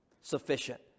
sufficient